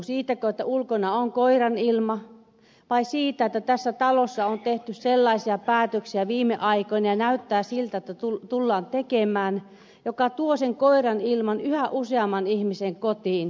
siitäkö että ulkona on koiranilma vai siitä että tässä talossa on tehty viime aikoina ja näyttää siltä että tullaan tekemään sellaisia päätöksiä jotka tuovat sen koiranilman yhä useamman ihmisen kotiin ja elämään